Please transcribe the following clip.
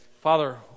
Father